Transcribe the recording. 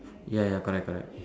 ya ya correct correct